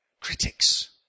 Critics